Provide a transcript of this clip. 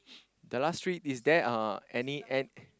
the last tree is there uh any ant